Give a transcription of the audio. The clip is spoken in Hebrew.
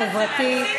החברתי,